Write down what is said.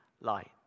light